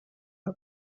que